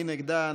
מי נגדה?